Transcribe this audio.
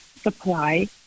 supply